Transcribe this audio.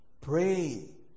Pray